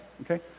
okay